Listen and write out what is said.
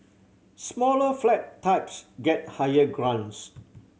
smaller flat types get higher grants